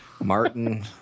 Martin